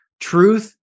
Truth